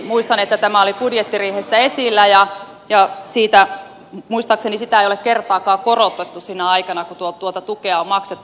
muistan että tämä oli budjettiriihessä esillä ja muistaakseni sitä ei ole kertaakaan korotettu sinä aikana kun tuota tukea on maksettu